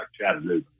Chattanooga